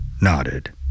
nodded